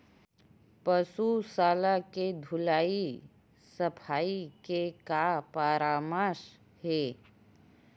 पशु शाला के धुलाई सफाई के का परामर्श हे?